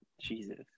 jesus